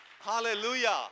hallelujah